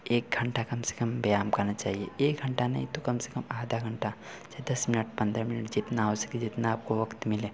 एक घंटा कम से कम व्यायाम करना चाहिए एक घंटा नहीं तो नहीं कम से कम आधा घंटा चाहे दस मिनट पन्द्रह मिनट जितना हो सके जितना आपको वक़्त मिले